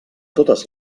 totes